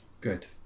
good